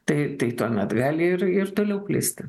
tai tai tuomet gali ir ir toliau plisti